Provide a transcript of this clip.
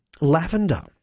Lavender